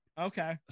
Okay